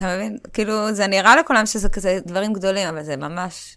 אתה מבין? כאילו, זה נראה לכולם שזה כזה דברים גדולים, אבל זה ממש...